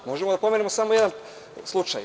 Možemo da pomenemo samo jedan slučaj.